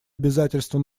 обязательство